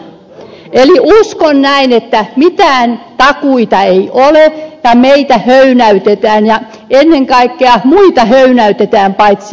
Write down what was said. eli uskon näin että mitään takuita ei ole ja meitä höynäytetään ja ennen kaikkea muita höynäytetään paitsi ei perussuomalaisia